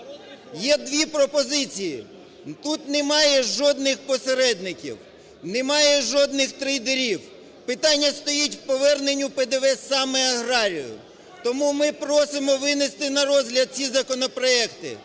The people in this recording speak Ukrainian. Є дві пропозиції, тут немає жодних посередників, немає жодних трейдерів, питання стоїть в поверненні ПДВ саме аграрію. Тому ми просимо винести на розгляд ці законопроекти,